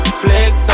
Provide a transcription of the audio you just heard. flex